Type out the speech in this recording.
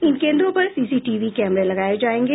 इन केंद्रों पर सीसीटीवी कैमरे लगाये जायेंगे